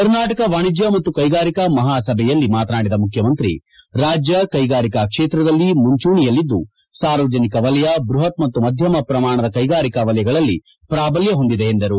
ಕರ್ನಾಟಕ ವಾಣಿಜ್ಯ ಮತ್ತು ಕೈಗಾರಿಕಾ ಮಹಾಸಭೆ ಯಲ್ಲಿ ಮಾತನಾಡಿದ ಮುಖ್ಯಮಂತ್ರಿ ರಾಜ್ಯ ಕೈಗಾರಿಕಾ ಕ್ಷೇತ್ರದಲ್ಲಿ ಮುಂಚೂಣಿಯಲ್ಲಿದ್ದು ಸಾರ್ವಜನಿಕ ವಲಯ ಬೃಹತ್ ಮತ್ತು ಮಧ್ಯಮ ಪ್ರಮಾಣದ ಕೈಗಾರಿಕಾ ವಲಯಗಳಲ್ಲಿ ಪ್ರಾಬಲ್ಯ ಹೊಂದಿದೆ ಎಂದರು